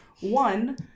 One